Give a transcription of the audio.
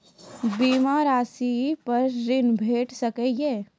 बीमा रासि पर ॠण भेट सकै ये?